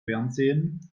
fernsehen